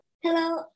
Hello